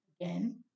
Again